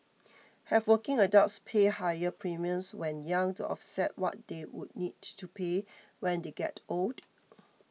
have working adults pay higher premiums when young to offset what they would need to pay when they get old